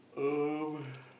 um